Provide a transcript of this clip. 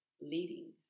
leading